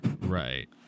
Right